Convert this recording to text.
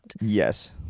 Yes